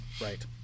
Right